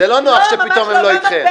לא, זה לא נוח שפתאום הם לא אתכם.